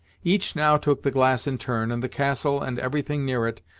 each now took the glass in turn, and the castle, and every thing near it,